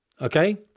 Okay